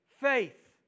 faith